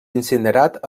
incinerat